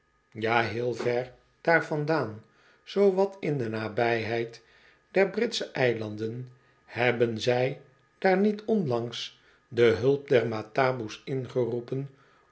ja heel ver daar vandaan zoo wat in de nabijheid der britsche eilanden hebben zij daar niet onlangs de hulp der mataboe's ingeroepen